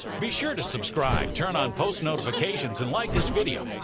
be sure to subscribe, turn on post notifications, and like this video.